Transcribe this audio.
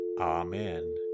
Amen